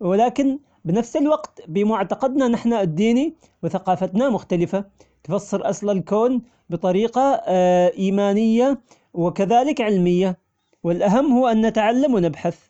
ولكن بنفس الوقت بمعتقد نحن الديني وثقافتنا مختلفة تفسر أصل الكون بطريقة إيمانية وكذلك علمية والأهم هو أن نتعلم ونبحث.